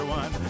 one